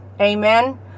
Amen